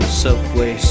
subway